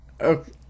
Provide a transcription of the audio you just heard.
Okay